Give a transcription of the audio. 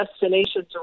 destinations